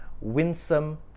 winsome